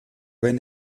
wenn